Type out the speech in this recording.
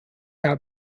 are